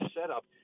setup